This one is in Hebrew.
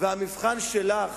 והמבחן שלך,